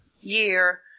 year